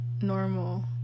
normal